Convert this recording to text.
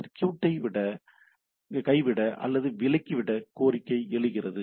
சர்க்யூட்டை கைவிட அல்லது விலக்கிட கோரிக்கை எழுகிறது